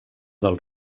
del